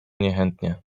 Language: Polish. niechętnie